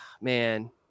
man